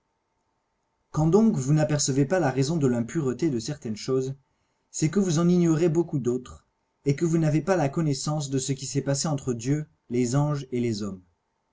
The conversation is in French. quand donc vous n'apercevez pas la raison de l'impureté de certaines choses c'est que vous en ignorez beaucoup d'autres et que vous n'avez pas la connoissance de ce qui s'est passé entre dieu les anges et les hommes